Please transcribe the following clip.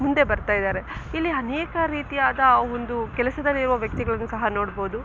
ಮುಂದೆ ಬರ್ತಯಿದ್ದಾರೆ ಇಲ್ಲಿ ಅನೇಕ ರೀತಿಯಾದ ಒಂದು ಕೆಲಸದಲ್ಲಿರುವ ವ್ಯಕ್ತಿಗಳನ್ನು ಸಹ ನೋಡ್ಬೋದು